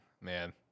man